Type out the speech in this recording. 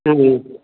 ஆமாம்